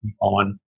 On